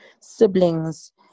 siblings